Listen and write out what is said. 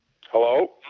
Hello